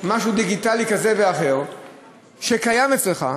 משהו דיגיטלי כזה ואחר שקיים אצלך,